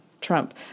Trump